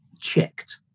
checked